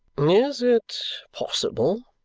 is it possible,